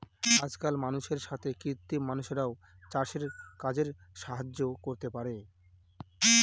আজকাল মানুষের সাথে কৃত্রিম মানুষরাও চাষের কাজে সাহায্য করতে পারে